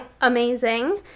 Amazing